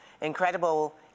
incredible